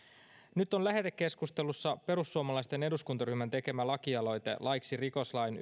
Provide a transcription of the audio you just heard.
nyt on lähetekeskustelussa perussuomalaisten eduskuntaryhmän tekemä lakialoite laiksi rikoslain